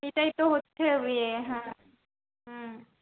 সেটাই তো হচ্ছে ইয়ে হ্যাঁ হুম